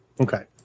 Okay